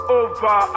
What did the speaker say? over